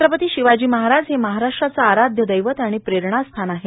छत्रपती शिवाजी महाराज हे महाराष्ट्राचे आराध्य दैवत आणि प्रेरणास्थान आहेत